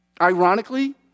Ironically